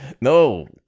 no